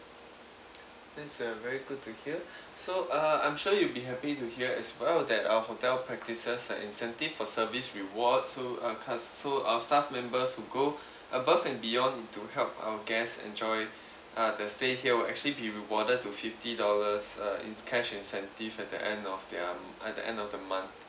that's uh very good to hear so uh I'm sure you'll be happy to hear as well that our hotel practises like incentive for service rewards too uh cus~ so our staff members who go above and beyond into help our guests enjoy uh the stay here will actually be rewarded to fifty dollars uh in~ cash incentive at the end of their m~ at the end of the month